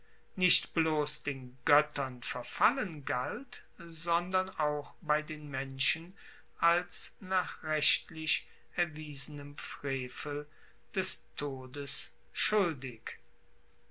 nicht bloss den goettern verfallen galt sondern auch bei den menschen als nach rechtlich erwiesenem frevel des todes schuldig